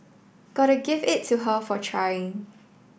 gotta give it to her for trying